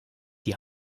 die